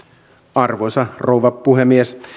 arvoisa rouva puhemies